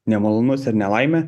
nemalonus ir nelaimė